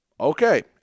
Okay